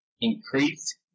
increased